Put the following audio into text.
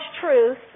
truth